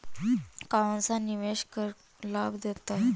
कौनसा निवेश कर लाभ देता है?